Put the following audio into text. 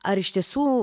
ar iš tiesų